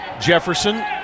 Jefferson